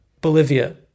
Bolivia